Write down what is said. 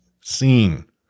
seen